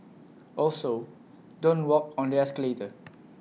also don't walk on the escalator